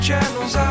Channels